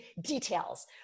details